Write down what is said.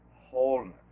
wholeness